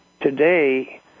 Today